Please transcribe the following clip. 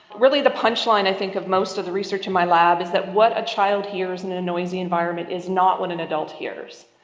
really the punchline i think of most of the research in my lab is that what a child hears and in a noisy environment is not what an adult hears.